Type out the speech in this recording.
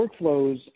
workflows